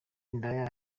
indaya